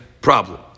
problem